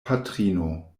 patrino